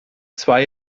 zwei